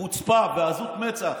חוצפה ועזות מצח.